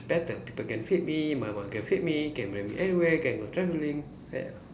better people can feed me my mum can feed me can bring me anywhere can go travelling a~